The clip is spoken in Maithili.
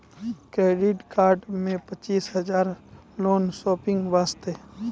क्रेडिट कार्ड मे पचीस हजार हजार लोन शॉपिंग वस्ते?